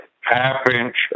half-inch